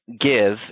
give